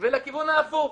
ולכיוון ההפוך.